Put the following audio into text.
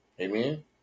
Amen